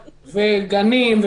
גנים,